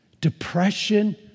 depression